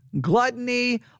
Gluttony